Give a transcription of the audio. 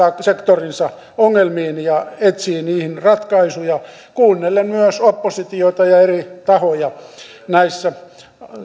sektorinsa ongelmiin ja etsii niihin ratkaisuja kuunnellen myös oppositiota ja eri tahoja näissä